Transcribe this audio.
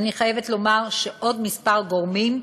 ואני חייבת לומר שעוד כמה גורמים,